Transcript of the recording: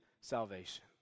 salvation